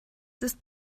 ist